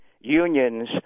unions